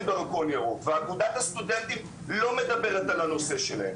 דרכון ירוק ואגודת הסטודנטים לא מדברת על הנושא שלהם.